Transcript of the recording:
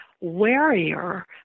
warier